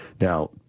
Now